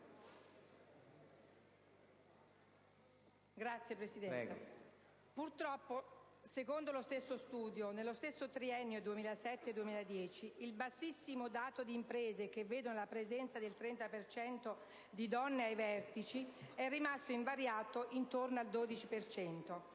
Grazie, signor Presidente. Purtroppo, secondo lo stesso studio, nello stesso triennio 2007-2010, il bassissimo dato di imprese che vedono la presenza del 30 per cento di donne ai vertici è rimasto invariato intorno al 12